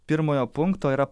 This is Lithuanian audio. pirmojo punkto yra